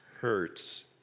hurts